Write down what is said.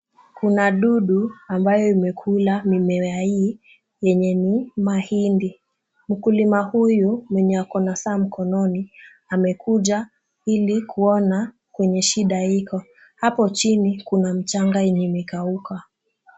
Kuna dudu ambaye imekula mimea hii yenye ni mahindi. Mkulima huyu mwenye ako na saa mkononi amekuja hili kuona kwenye shida iko. Hapo chini kuna mchanga yenye imekauka.